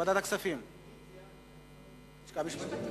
ייעוץ משפטי.